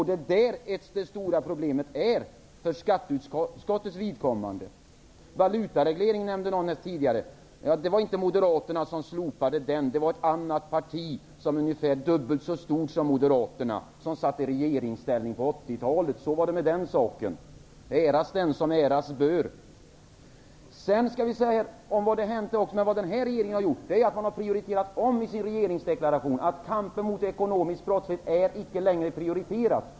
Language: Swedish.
Det är på den punkten som det stora problemet ligger för skatteutskottets vidkommande. Någon nämnde valutaregleringen. Det var inte Moderaterna som slopade den utan ett annat parti, som var ungefär dubbelt så stort som Moderaterna och som satt i regeringsställning på 80-talet. Så var det med den saken -- äras den som äras bör. Den nuvarande regeringen har möblerat om i sin regeringsdeklaration och sagt att kampen mot ekonomisk brottslighet icke längre är prioriterad.